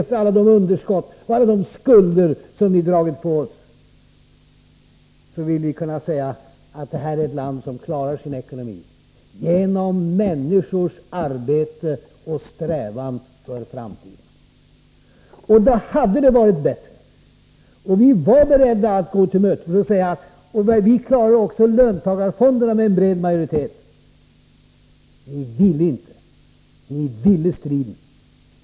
Efter alla de underskott och skulder som ni har dragit på oss vill vi kunna säga att detta är ett land som klarar sin ekonomi genom människors arbete och strävan för framtiden. Då hade det varit bättre om vi hade kunnat mötas, vilket vi var beredda till, för att klara också löntagarfonderna med en bred majoritet. Men ni ville inte. Ni ville striden.